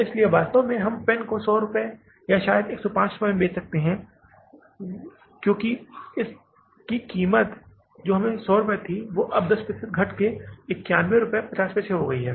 इसलिए वास्तव में हम पेन को 100 रुपये या शायद 105 रुपये में बेच रहे थे क्योंकि इसकी कीमत हमें 100 रुपये थी और अब अगर आप इसे 10 प्रतिशत घटा सकते हैं और अब यह लागत घटकर 915 रुपये रह गई है